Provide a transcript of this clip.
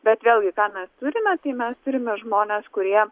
bet vėlgi ką mes turime tai mes turime žmones kurie